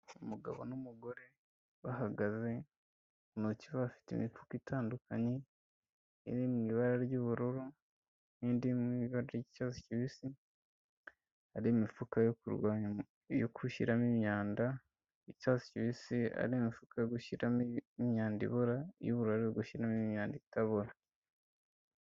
Umugabo n'umugore bahagaze muki bafite imifuka itandukanye iri mu ibara ry'ubururu n'indimu vagicyas kibisi ari imifuka yo ku yo gushyiramo imyanda itaswisi ari imifuka yo gushyiramo imyanda ibora y'ubururu gushyimo imyanda itaboburara.